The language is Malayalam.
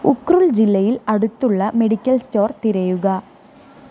ഉഖ്രുൽ ജില്ലയിൽ അടുത്തുള്ള മെഡിക്കൽ സ്റ്റോർ തിരയുക